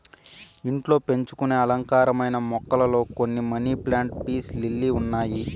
ఇంట్లో పెంచుకొనే అలంకారమైన మొక్కలలో కొన్ని మనీ ప్లాంట్, పీస్ లిల్లీ ఉన్నాయి